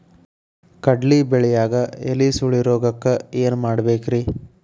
ಕಡ್ಲಿ ಬೆಳಿಯಾಗ ಎಲಿ ಸುರುಳಿರೋಗಕ್ಕ ಏನ್ ಮಾಡಬೇಕ್ರಿ?